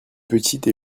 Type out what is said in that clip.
petite